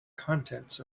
contents